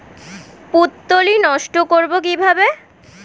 পুত্তলি নষ্ট করব কিভাবে?